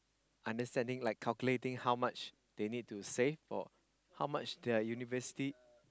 understanding like calculating how much they need to save or how much their university